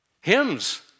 Hymns